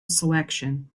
selection